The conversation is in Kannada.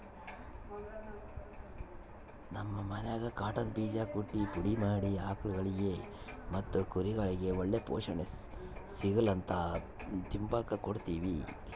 ನಮ್ ಮನ್ಯಾಗ ಕಾಟನ್ ಬೀಜಾನ ಕುಟ್ಟಿ ಪುಡಿ ಮಾಡಿ ಆಕುಳ್ಗುಳಿಗೆ ಮತ್ತೆ ಕುರಿಗುಳ್ಗೆ ಒಳ್ಳೆ ಪೋಷಣೆ ಸಿಗುಲಂತ ತಿಂಬಾಕ್ ಕೊಡ್ತೀವಿ